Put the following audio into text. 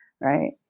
right